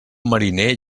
mariner